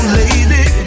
lady